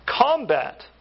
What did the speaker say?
combat